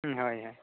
ᱦᱳᱭ ᱦᱳᱭ